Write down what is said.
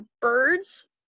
birds